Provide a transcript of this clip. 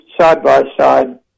side-by-side